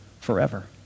forever